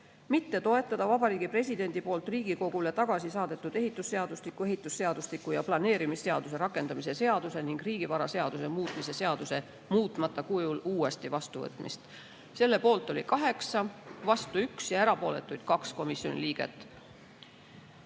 mitte toetada Vabariigi Presidendi poolt Riigikogule tagasi saadetud ehitusseadustiku, ehitusseadustiku ja planeerimisseaduse rakendamise seaduse ning riigivaraseaduse muutmise seaduse muutmata kujul uuesti vastuvõtmist. Selle poolt oli 8 komisjoni liiget, vastu 1 ja erapooletuid 2. Igor Taro selgitas